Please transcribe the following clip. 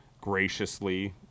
graciously